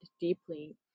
deeply